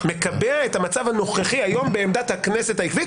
מקבע את המצב הנוכחי היום בעמדת הכנסת העקבית?